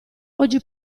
oggi